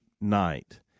night